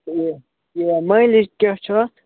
mileage کیٛاہ چھُ اَتھ